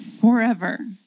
forever